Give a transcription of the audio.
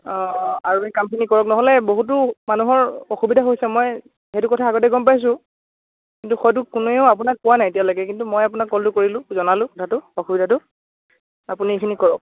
অ' আৰু এই কামখিনি কৰক নহ'লে বহুতো মানুহৰ অসুবিধা হৈছে মই সেইটো কথা আগতে গম পাইছো কিন্তু হয়তো কোনেও আপোনাক কোৱা নাই এতিয়ালৈকে কিন্তু মই আপোনাক কলটো কৰিলো জনালো কথাটো অসুবিধাটো আপুনি এইখিনি কৰক